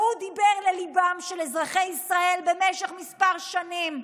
דיבר לליבם של אזרחי ישראל במשך כמה שנים.